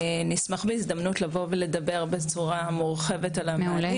נשמח בהזדמנות לבוא ולדבר בצורה מורחבת על המענים.